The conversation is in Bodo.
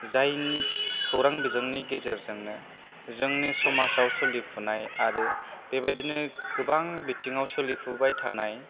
जायनि खौरां बिजों गेजेरजोंनो जोंनि समाजाव सोलिफुनाय आरो बेबादिनो गोबां बिथिङाव सोलिफुबाय थानाय